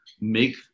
make